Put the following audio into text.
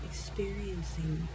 experiencing